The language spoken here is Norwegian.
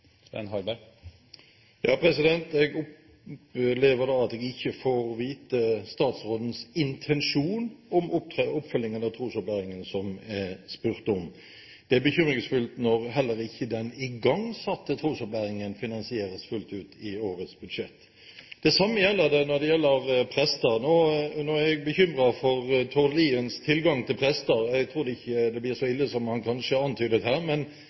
Jeg opplever da at vi ikke får vite statsrådens intensjon når det gjelder oppfølgingen av trosopplæringen, som jeg spurte om. Det er bekymringsfullt når heller ikke den igangsatte trosopplæringen finansieres fullt ut i årets budsjett. Det samme gjelder prester. Nå er jeg bekymret for Tord Liens tilgang til prester – jeg tror ikke det blir så ille som han kanskje antydet her.